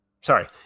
sorry